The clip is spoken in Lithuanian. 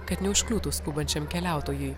kad neužkliūtų skubančiam keliautojui